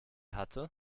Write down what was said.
hatte